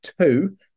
two